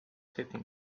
setting